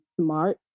smart